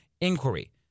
inquiry